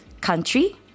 country